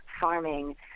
Farming